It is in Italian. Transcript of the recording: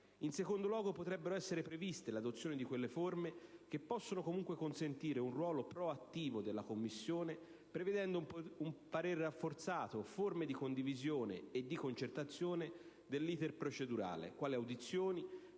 In secondo luogo, si potrebbe prevedere l'adozione di forme che possano consentire un ruolo proattivo della Commissione, prevedendo un parere rafforzato, o forme di condivisione e di concertazione dell'*iter* procedurale, quali: audizioni,